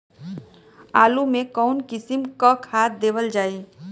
आलू मे कऊन कसमक खाद देवल जाई?